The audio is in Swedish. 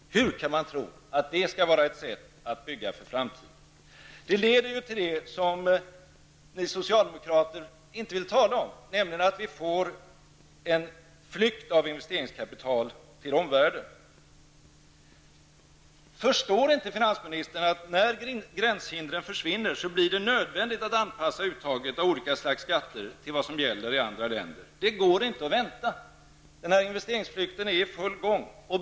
Hur kan man tro att det är ett sätt att bygga för framtiden? Detta leder till det som ni socialdemokrater inte vill tala om, nämligen att vi får en flykt av investeringskapital till omvärlden. Förstår inte finansministern, att när gränshindren försvinner, så blir det nödvändigt att anpassa uttaget av olika slags skatter till vad som gäller i andra länder. Det går inte att vänta. Flykten av investeringskapital är i full gång.